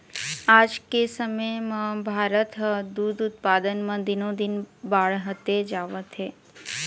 आज के समे म भारत ह दूद उत्पादन म दिनो दिन बाड़हते जावत हे